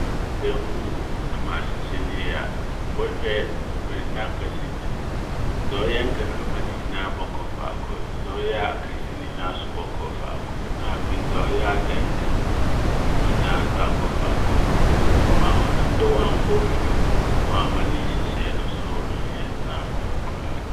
Merehyehyɛ mbuukuu na mahyehyɛ me yie a. Mobɔhwɛ dza mbrɛ n'akɛse tse. Dza ɔyɛ nkrakrama ne nyinaa bɔkɔ fakor. Dza ɔyɛ akɛse ne nyinaa so bɔkɔ fakor. Na afei dza ɔyɛ adantam' no ne nyinaa so akɔ fakor ama ɔnam do ma wɔammforafora m' na ɔamma ne nhyehyɛe no so annyɛ dzen amma m' koraa.